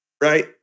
right